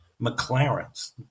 McLarens